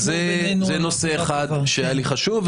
אז זה נושא אחד שהיה לי חשוב,